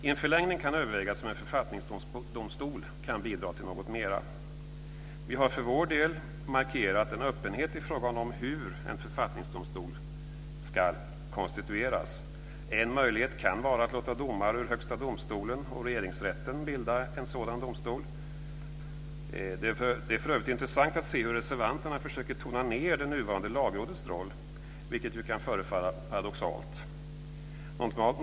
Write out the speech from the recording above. I en förlängning kan övervägas om en författningsdomstol kan bidra till något mer. Vi har för vår del markerat en öppenhet i frågan om hur en författningsdomstol ska konstitueras. En möjlighet kan vara att låta domare ur Högsta domstolen och Regeringsrätten bilda en sådan domstol. Det är för övrigt intressant att se hur reservanterna försöker tona ned det nuvarande lagrådets roll, vilket ju kan förefalla paradoxalt.